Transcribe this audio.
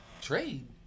Trade